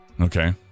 Okay